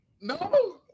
No